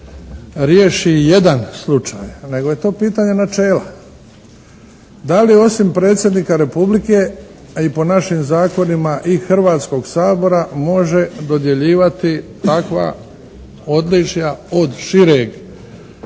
riješi jedan slučaj, nego je to pitanje načela. Da li osim predsjednika Republike i po našim zakonima i Hrvatskog sabora može dodjeljivati takva odličja od šireg